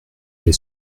j’ai